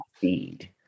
feed